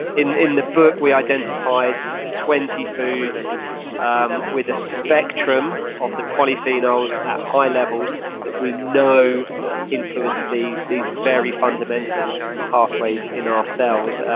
in in the book we identified twenty foods um with a spectrum of the polyphenols at high levels that we know influence these these very fundamental pathways in our cells.